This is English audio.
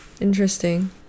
Interesting